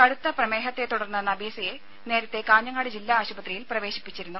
കടുത്ത പ്രമേഹത്തെത്തുടർന്ന് നബീസയെ നേരത്തെ കാഞ്ഞങ്ങാട് ജില്ലാ ആശുപത്രിയിൽ പ്രവേശിപ്പിച്ചിരുന്നു